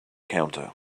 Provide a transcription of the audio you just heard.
counter